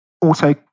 auto